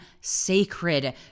sacred